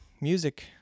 music